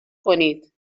کنید